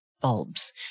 bulbs